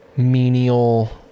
Menial